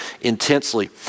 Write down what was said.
intensely